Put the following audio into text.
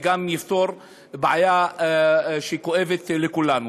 וגם יפתרו בעיה שכואבת לכולנו.